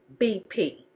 BP